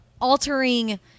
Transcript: altering